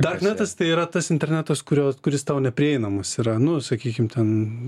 darknetas tai yra tas internetas kurio kuris tau neprieinamas yra nu sakykim ten